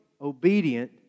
obedient